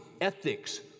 ethics